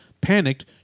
Panicked